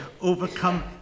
overcome